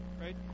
right